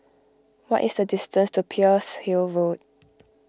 what is the distance to Pearl's Hill Road